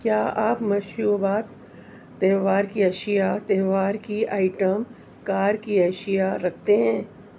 کیا آپ مشروبات تہوار کی اشیاء تہوار کی آئٹم کار کی اشیاء رکھتے ہیں